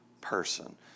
person